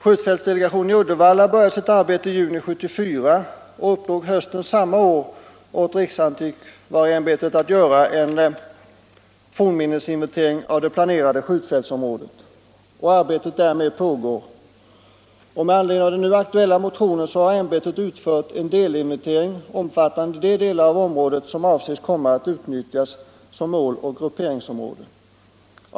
Skjutfältsdelegationen i Uddevalla började sitt arbete i juni 1974 och uppdrog hösten samma år åt riksantikvarieämbetet att göra en fornminnesinventering av det planerade skjutfältsområdet. Arbetet därmed pågår. Med anledning av den nu aktuella motionen har ämbetet utfört en delinventering omfattande de delar av området som avses komma att utnyttjas som måloch grupperingsområden.